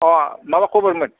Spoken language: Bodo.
माबा खबरमोन